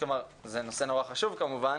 כלומר זה נושא נורא חשוב כמובן,